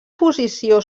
posició